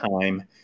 time